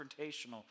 confrontational